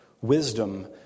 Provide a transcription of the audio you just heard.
wisdom